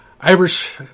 Irish